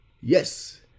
Yes